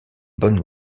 bonnes